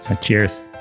Cheers